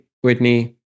Whitney